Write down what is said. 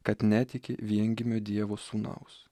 kad netiki viengimio dievo sūnaus